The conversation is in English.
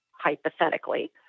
hypothetically